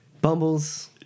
Bumbles